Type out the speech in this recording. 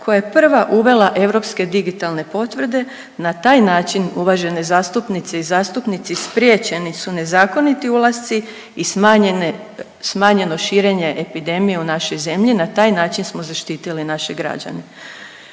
koja je prva uvela europske digitalne potvrde na taj način uvažene zastupnice i zastupnici spriječeni su nezakoniti ulasci i smanjeno širenje epidemije u našoj zemlji. Na taj način smo zaštitili naše građane.